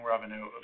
revenue